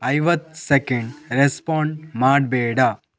ಐವತ್ತು second respond ಮಾಡಬೇಡ